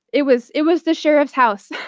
it was it was the sheriff's house.